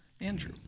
Andrew